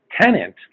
tenant